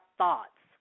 thoughts